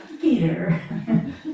Peter